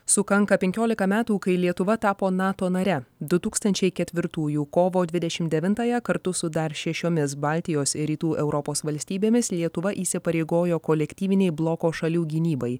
sukanka penkiolika metų kai lietuva tapo nato nare du tūkstančiai ketvirtųjų kovo dvidešim devintąją kartu su dar šešiomis baltijos ir rytų europos valstybėmis lietuva įsipareigojo kolektyvinei bloko šalių gynybai